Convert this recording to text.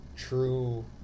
true